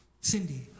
Cindy